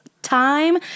time